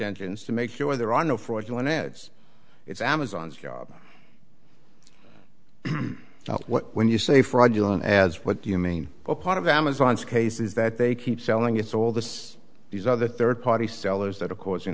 engines to make sure there are no fraudulent ads it's amazon's job when you say fraudulent ads what do you mean what part of amazon's case is that they keep selling it's all this these other third party sellers that a causing